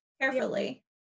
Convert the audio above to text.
carefully